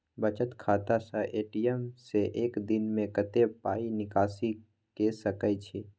बचत खाता स ए.टी.एम से एक दिन में कत्ते पाई निकासी के सके छि?